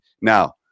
Now